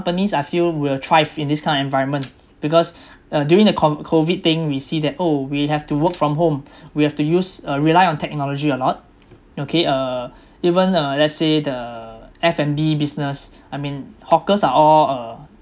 companies I feel will thrive in this kind of environment because uh during the com~ COVID thing we see that oh we have to work from home we have to use uh rely on technology a lot okay uh even uh let's say the F_N_B business I mean hawkers are all uh